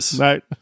Right